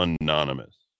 anonymous